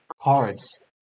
cards